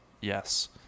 yes